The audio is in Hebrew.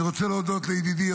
אני רוצה להודות לידידי,